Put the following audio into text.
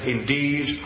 Indeed